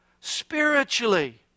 spiritually